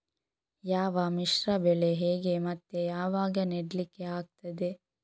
ಯಾವ ಮಿಶ್ರ ಬೆಳೆ ಹೇಗೆ ಮತ್ತೆ ಯಾವಾಗ ನೆಡ್ಲಿಕ್ಕೆ ಆಗ್ತದೆ?